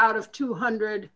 out of two hundred